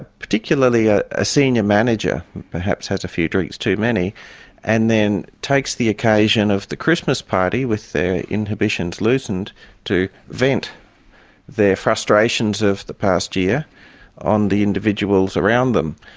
ah particularly ah a senior manager perhaps has a few drinks too many and then takes the occasion of the christmas party, with their inhibitions loosened, to vent their frustrations of the past year on the individuals around them,